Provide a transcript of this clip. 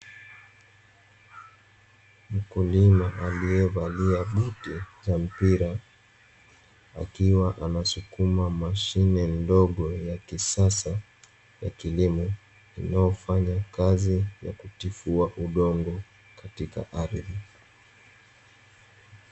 Mkulima aliyevalia buti za mpira akiwa anasukuma mashine ndogo ya kisasa ya kilimo inayofanya kazi ya kutifua udongo katika ardhi.